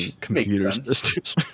computers